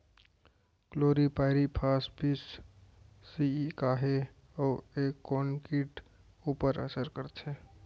Chlorpyrifos बीस CE का हे अऊ ए कोन किट ऊपर असर करथे?